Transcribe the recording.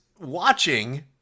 watching